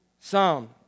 Psalm